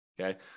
Okay